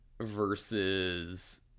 versus